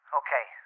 okay